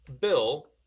Bill